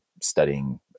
studying